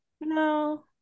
no